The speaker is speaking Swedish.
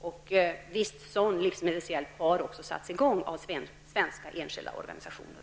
En viss sådan livsmedelshjälp har också lämnats av svenska enskilda organisationer.